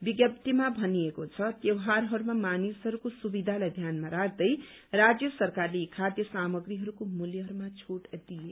विज्ञप्तीमा भनिएको छ त्यौहारहरूमा मानिसहरूको सुविधालाई ध्यानमा राख्दै राज्य सरकारले यी खाद्य सामग्रीहरूको मूल्यहरूमा छूट दिइएको छ